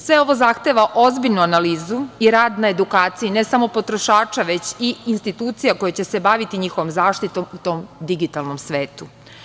Sve ovo zahteva ozbiljnu analizu i rad na edukaciji ne samo potrošača, već i institucija koje će se baviti njihovom zaštitom u tom digitalnom svetu.